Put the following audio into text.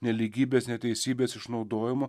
nelygybės neteisybės išnaudojimo